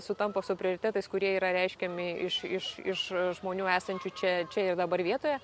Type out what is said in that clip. sutampa su prioritetais kurie yra reiškiami iš iš iš žmonių esančių čia čia ir dabar vietoje